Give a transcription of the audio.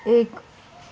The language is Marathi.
एक